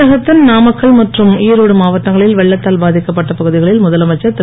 தமிழகத்தின் நாமக்கல் மற்றும் ஈரோடு மாவட்டங்களில் வெள்ளத்தால் பாதிக்கப்பட்ட பகுதிகளில் முதலமைச்சர் திரு